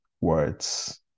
words